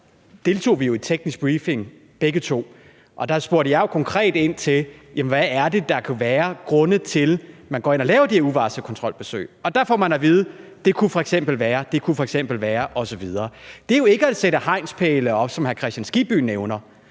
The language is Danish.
deltog jo i en teknisk briefing begge to, og der spurgte jeg konkret ind til, hvad det er, der kan være grunde til, at man går ind og laver de her uvarslede kontrolbesøg. Og der får man at vide: Det kunne f.eks. være, og det kunne f.eks. være osv. Det er jo ikke at sætte hegnspæle op, som hr. Kristian Skibby nævner.